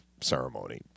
ceremony